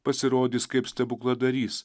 pasirodys kaip stebukladarys